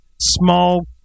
small